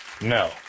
No